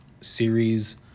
series